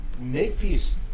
Makepeace